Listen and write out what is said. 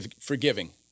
forgiving